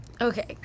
Okay